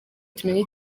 tumenye